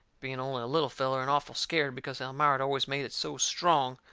being only a little feller, and awful scared because elmira had always made it so strong,